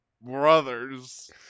BROTHERS